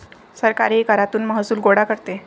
सरकारही करातून महसूल गोळा करते